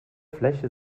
fläche